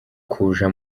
kuja